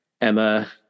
Emma